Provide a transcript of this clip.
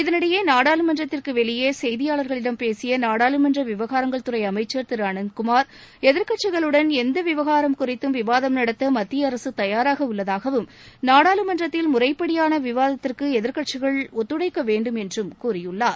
இதனிடையே நாடாளுமன்றத்திற்கு வெளியே செய்தியாளர்களிடம் பேசியநாடாளுமன்ற விவகாரங்கள் துறை அமைச்சர் திரு அனந்தகுமார் எதிர்க்கட்சிகளுடன் எந்த விவகாரம் குறித்தும் விவாதம் நடத்த மத்திய அரசு தயாராக உள்ளதாகவும் நாடாளுமன்றத்தில் முறைப்படியாள விவாதத்திற்கு எதிர்க்கட்சிகள் ஒத்துழைக்க வேண்டும் என்றும் கூறியுள்ளார்